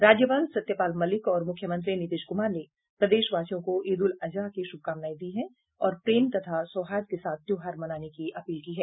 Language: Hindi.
राज्यपाल सत्यपाल मलिक और मुख्यमंत्री नीतीश कुमार ने प्रदेशवासियों को ईद उल अजहा की शुभकामनाएं दी हैं और प्रेम तथा सौहार्द के साथ त्योहार मनाने की अपील की है